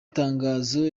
tangazo